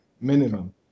Minimum